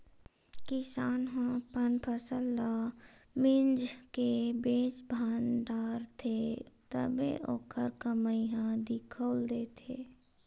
किसान ह अपन फसल ल मिंज के बेच भांज डारथे तभे ओखर कमई ह दिखउल देथे